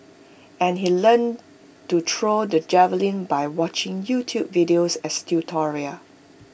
and he learnt to throw the javelin by watching YouTube videos as tutorial